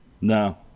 No